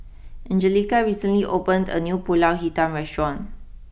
Angelica recently opened a new Pulut Hitam restaurant